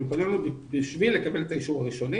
הן פנו אלינו כדי לקבל את האישור הראשוני